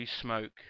smoke